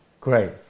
Great